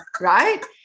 right